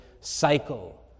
cycle